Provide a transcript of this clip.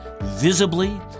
visibly